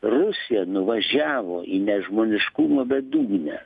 rusija nuvažiavo į nežmoniškumo bedugnę